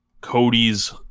Cody's